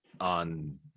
on